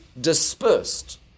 dispersed